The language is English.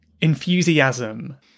enthusiasm